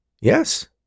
Yes